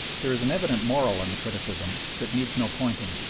there is an evident moral in the criticism that needs no pointing.